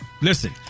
Listen